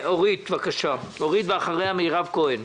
אורית פרקש הכהן, בבקשה, ואחריה מירב כהן.